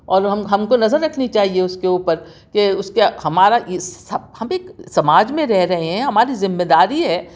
اور ہم ہم کو نظر رکھنی چاہیے اُس کے اوپر کہ اُس کے ہمارا اِس ہم ایک سماج میں رہ رہے ہیں ہماری ذمہ داری ہے